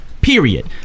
period